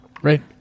Right